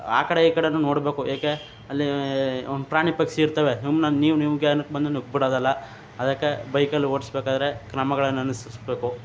ಆ ಕಡೆ ಈ ಕಡೆಯೂ ನೋಡಬೇಕು ಏಕೆ ಅಲ್ಲಿ ಒಂದು ಪ್ರಾಣಿ ಪಕ್ಷಿ ಇರ್ತಾವೆ ಸುಮ್ನೆ ನೀವು ನೀವು ಕ್ಯಾರ್ ಬಂದು ನುಗ್ಗಿ ಬಿಡೋದಲ್ಲ ಅದಕ್ಕೆ ಬೈಕಲ್ಲಿ ಓಡಿಸ್ಬೇಕಾದ್ರೆ ಕ್ರಮಗಳನ್ನು ಅನುಸರ್ಸ್ಬೇಕು